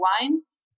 wines